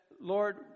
Lord